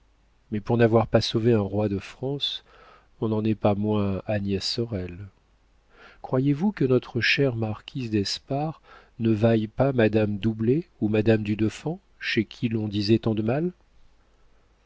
mais pour n'avoir pas sauvé un roi de france on n'en est pas moins agnès sorel croyez-vous que notre chère marquise d'espard ne vaille pas madame doublet ou madame du deffant chez qui l'on disait tant de mal